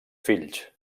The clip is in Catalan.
fills